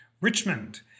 Richmond